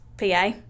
PA